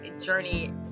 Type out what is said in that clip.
journey